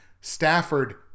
Stafford